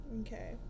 Okay